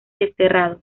desterrado